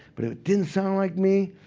but it didn't sound like me.